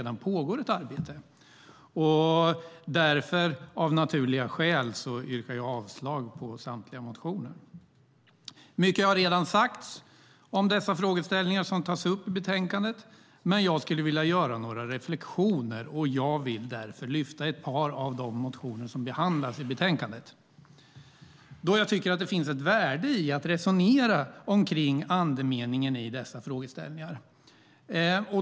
Därför yrkar jag av naturliga skäl avslag på samtliga motioner. Mycket har redan sagts om de frågeställningar som tas upp i betänkandet, men jag skulle vilja göra några egna reflexioner. Jag vill lyfta upp ett par av de motioner som behandlas i betänkandet eftersom jag tycker att det finns ett värde i att resonera om andemeningen i dessa frågeställningar.